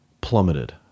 plummeted